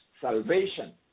salvation